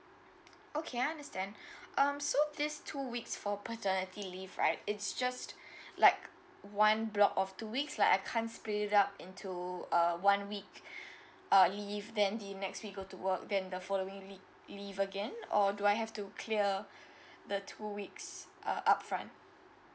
okay I understand um so this two weeks for paternity leave right it's just like one block of two weeks like I can't split it up into uh one week uh leave then the next week go to work then the following week leave again or do I have to clear the two weeks uh upfront